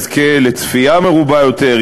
יזכה לצפייה מרובה יותר,